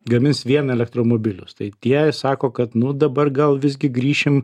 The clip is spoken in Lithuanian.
gamins vien elektromobilius tai tie sako kad nu dabar gal visgi grįšim